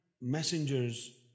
messengers